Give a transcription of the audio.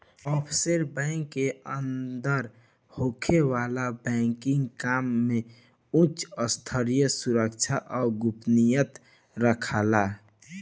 offshore bank के अंदर होखे वाला बैंकिंग काम में उच स्तरीय सुरक्षा आ गोपनीयता राखाला